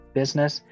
business